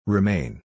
Remain